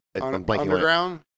Underground